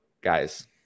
Guys